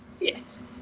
yes